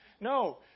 No